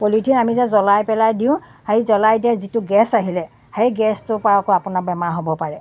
polythene আমি যে জ্বলাই পেলাই দিওঁ সেই জ্বলাই দিয়া যিটো গেছ আহিলে সেই গেছটোৰ পৰাও আকৌ আপোনাৰ বেমাৰ হ'ব পাৰে